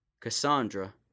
Cassandra